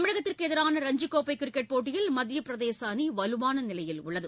தமிழகத்திற்கு எதிரான ரஞ்சிக்கோப்பை கிரிக்கெட் போட்டியில் மத்தியப்பிரதேச அணி வலுவான நிலையில் உள்ளது